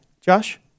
Josh